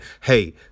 Hey